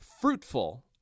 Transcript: fruitful